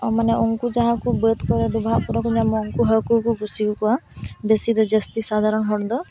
ᱢᱟᱱᱮ ᱩᱱᱠᱩ ᱡᱟᱦᱟᱸ ᱠᱚ ᱵᱟᱹᱫᱽ ᱠᱚᱨᱮ ᱰᱚᱵᱷᱟᱜ ᱠᱚᱨᱮ ᱠᱚ ᱧᱟᱢᱚᱜ ᱩᱱᱠᱩ ᱦᱟᱹᱠᱩ ᱠᱚ ᱠᱩᱥᱤᱣᱟᱠᱚᱭᱟ ᱵᱮᱥᱤ ᱫᱚ ᱡᱟᱹᱥᱛᱤ ᱥᱟᱫᱷᱟᱨᱚᱱ ᱦᱚᱲ ᱫᱚ